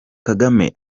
kagame